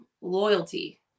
loyalty